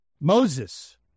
Moses